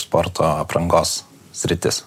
sporto aprangos sritis